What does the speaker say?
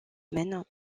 men